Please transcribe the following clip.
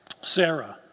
Sarah